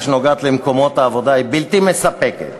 שנוגעת למקומות העבודה והיא בלתי מספקת.